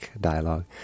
dialogue